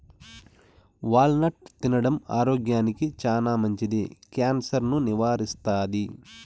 wall నట్ తినడం ఆరోగ్యానికి చానా మంచిది, క్యాన్సర్ ను నివారిస్తాది